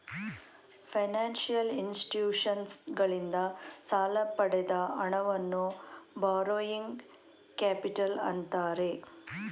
financial ಇನ್ಸ್ಟಿಟ್ಯೂಷನ್ಸಗಳಿಂದ ಸಾಲ ಪಡೆದ ಹಣವನ್ನು ಬಾರೋಯಿಂಗ್ ಕ್ಯಾಪಿಟಲ್ ಅಂತ್ತಾರೆ